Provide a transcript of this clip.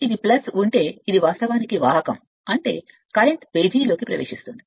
ఇది ఉంటే ఇది వాస్తవానికి వాహకం అంటే కరెంట్ ప్రవేశించిన పేజీని చూస్తుంది